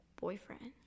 boyfriend